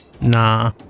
nah